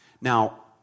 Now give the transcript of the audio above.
Now